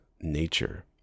nature